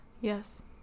Yes